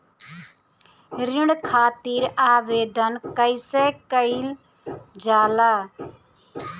ऋण खातिर आवेदन कैसे कयील जाला?